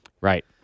Right